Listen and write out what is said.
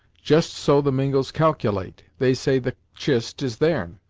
just so the mingos caculate! they say the chist is theirn,